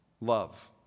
love